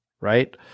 right